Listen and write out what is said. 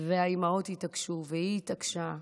והאימהות התעקשו, והיא התעקשה,